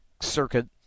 circuit